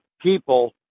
people